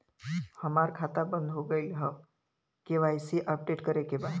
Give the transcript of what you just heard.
हमार खाता बंद हो गईल ह के.वाइ.सी अपडेट करे के बा?